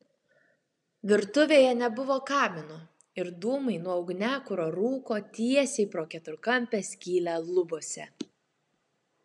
virtuvėje nebuvo kamino ir dūmai nuo ugniakuro rūko tiesiai pro keturkampę skylę lubose